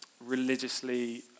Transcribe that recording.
religiously